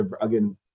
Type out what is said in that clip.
Again